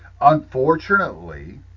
Unfortunately